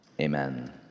Amen